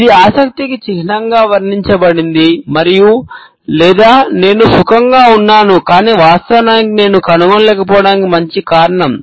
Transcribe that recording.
ఇది ఆసక్తికి చిహ్నంగా వర్ణించబడింది లేదా నేను సుఖంగా ఉన్నాను కానీ వాస్తవానికి నేను కనుగొనలేకపోవడానికి మంచి కారణం